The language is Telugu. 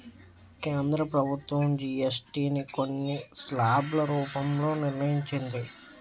కేంద్ర ప్రభుత్వం జీఎస్టీ ని కొన్ని స్లాబ్ల రూపంలో నిర్ణయించింది